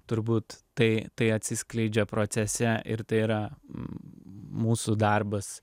turbūt tai tai atsiskleidžia procese ir tai yra mūsų darbas